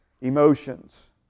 emotions